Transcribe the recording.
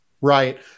right